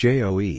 J-O-E